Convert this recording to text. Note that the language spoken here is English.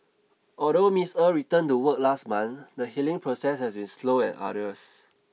although Miss Er returned to work last month the healing process has been slow and arduous